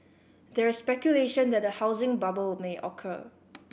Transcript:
there is speculation that a housing bubble may occur